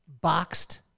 boxed